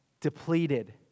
depleted